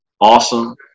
awesome